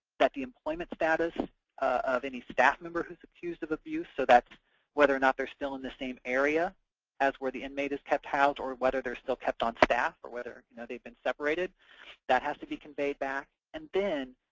that the employment status of any staff member who's accused of abuse so that's whether or not they're still in the same area as where the inmate is kept housed, or whether they're still kept on staff, or whether you know they've been separated that has to be conveyed back. and then,